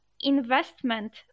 investment